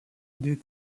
des